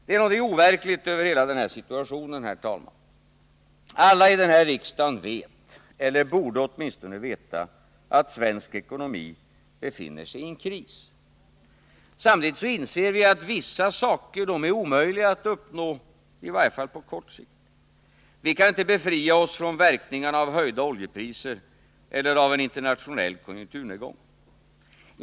Det är någonting overkligt över hela den här situationen, herr talman. Alla i riksdagen vet, eller borde åtminstone veta, att svensk ekonomi befinner sig i en kris. Samtidigt inser vi att vissa saker är omöjliga att uppnå, i varje fall på kort sikt. Vi kan inte befria oss från verkningarna av höjda oljepriser eller av en internationell konjunkturnedgång.